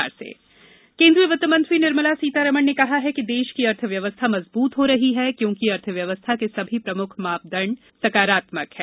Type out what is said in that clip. वित्तमंत्री वित्तमंत्री निर्मला सीतारामण ने कहा है कि देश की अर्थव्यव्यस्था मजबूत हो रही है क्योंकि अर्थव्यवस्था के सभी प्रमुख मानदंड सकारात्मक हैं